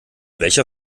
welcher